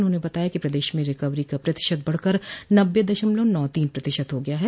उन्होंने बताया कि प्रदेश में रिकवरी का प्रतिशत बढ़कर नब्बे दशमलव नौ तीन प्रतिशत हो गया है